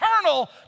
eternal